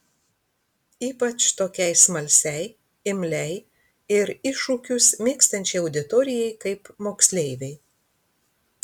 ypač tokiai smalsiai imliai ir iššūkius mėgstančiai auditorijai kaip moksleiviai